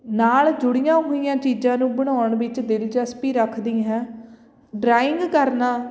ਨਾਲ ਜੁੜੀਆਂ ਹੋਈਆਂ ਚੀਜ਼ਾਂ ਨੂੰ ਬਣਾਉਣ ਵਿੱਚ ਦਿਲਚਸਪੀ ਰੱਖਦੀ ਹੈ ਡਰਾਇੰਗ ਕਰਨਾ